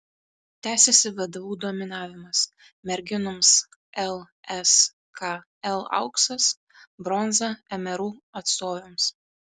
tęsiasi vdu dominavimas merginoms lskl auksas bronza mru atstovėms